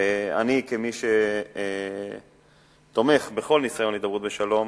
ואני, כמי שתומך בכל ניסיון הידברות לשלום,